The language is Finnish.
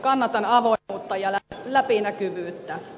kannatan avoimuutta ja läpinäkyvyyttä